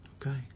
Okay